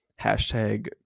hashtag